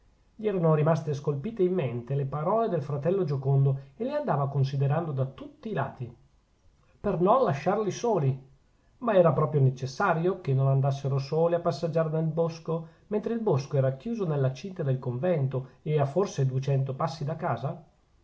gli erano rimaste scolpite in mente le parole del fratello giocondo e le andava considerando da tutti i lati per non lasciarli soli ma era proprio necessario che non andassero soli a passeggiare nel bosco mentre il bosco era rinchiuso nella cinta del convento e a forse dugento passi da casa